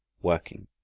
working,